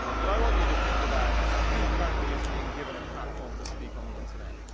but i want you to think about who currently is being given platform to speak on the internet,